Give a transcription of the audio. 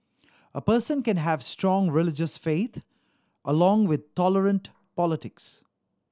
a person can have strong religious faith along with tolerant politics